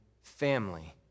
family